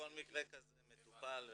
הבנקים פשוט מקפיצים את הריביות שלהם.